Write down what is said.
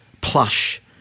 Plush